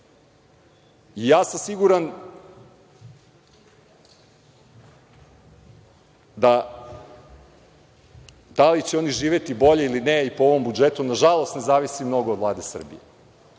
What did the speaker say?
drugačije. Siguran sam, da li će oni živeti bolje ili ne i po ovom budžetu, nažalost, ne zavisi mnogo od Vlade Srbije.